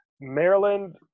Maryland